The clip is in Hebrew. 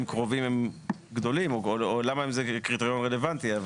קרובים הם גדולים או למה זה קריטריון רלוונטי.